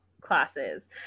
classes